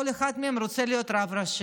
כל אחד מהם רוצה להיות רב ראשי.